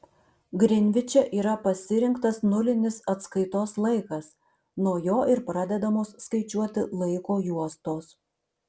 grinviče yra pasirinktas nulinis atskaitos laikas nuo jo ir pradedamos skaičiuoti laiko juostos